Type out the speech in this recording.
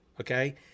okay